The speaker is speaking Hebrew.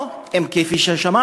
או, אם, כפי ששמענו,